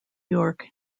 york